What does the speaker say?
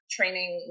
training